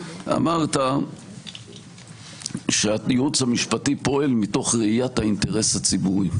אמרת שהייעוץ המשפטי פועל מתוך ראיית האינטרס הציבורי,